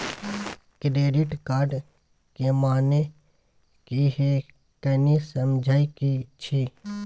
Credit card के माने की हैं, कनी समझे कि छि?